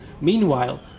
Meanwhile